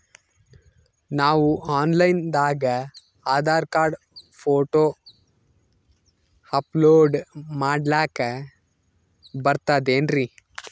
ನಾವು online ದಾಗ Aadhaar card, photo upload ಮಾಡ್ಲಕ ಬರ್ತದೇನ್ರಿ?